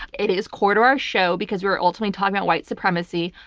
it is core to our show because we're ultimately talking about white supremacy.